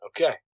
Okay